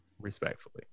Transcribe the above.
Respectfully